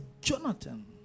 Jonathan